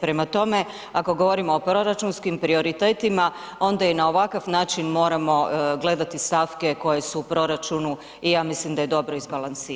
Prema tome, ako govorimo o proračunskim prioritetima onda i na ovakav način moramo gledati stavke koje su u proračunu i ja mislim da je dobro izbalansiran.